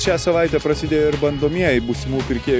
šią savaitę prasidėjo ir bandomieji būsimų pirkėjų